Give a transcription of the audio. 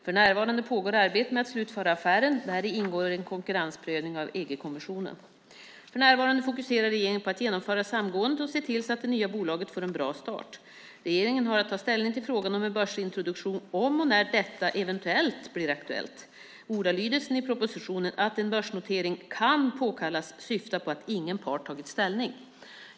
För närvarande pågår arbetet med att slutföra affären; däri ingår en konkurrensprövning av EG-kommissionen. För närvarande fokuserar regeringen på att genomföra samgåendet och se till att det nya bolaget får en bra start. Regeringen har att ta ställning till frågan om en börsintroduktion om och när detta eventuellt blir aktuellt. Ordalydelsen i propositionen, "att en börsnotering kan påkallas", syftar på att ingen part har tagit ställning.